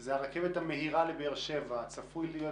שזה הרכבת המהירה לבאר שבע, צפוי להיות